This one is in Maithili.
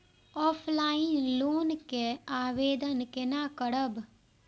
ऑफलाइन लोन के आवेदन केना करब?